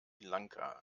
lanka